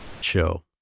show